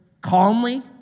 calmly